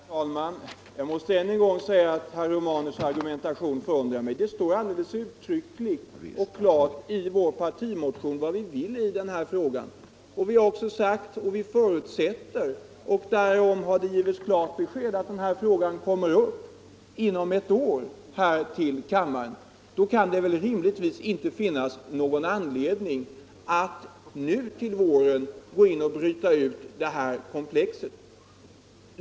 Herr talman! Jag måste än en gång säga att herr Romanus argumentation förundrar mig. Det står alldeles klart uttryckt i vår partimotion vad vi vill i den här frågan. Vi har också sagt att vi förutsätter — och därom har det givits klart besked — att frågan kommer upp inom ett år här i kammaren. Då kan det rimligtvis inte finnas någon anledning att nu till våren bryta ut den här frågan ur utredningsarbetet.